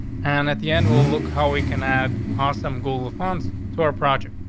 and at the end, we'll look how we can add awesome gula funds to our project.